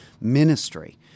ministry